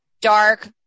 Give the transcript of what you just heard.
dark